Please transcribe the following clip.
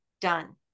done